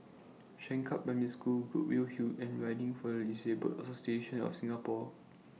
Changkat Primary School Goodwood Hill and Riding For The Disabled Association of Singapore